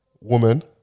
Woman